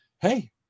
hey